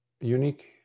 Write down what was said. Unique